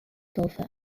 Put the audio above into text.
golfer